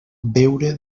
beure